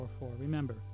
Remember